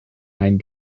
mein